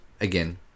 again